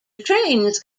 trains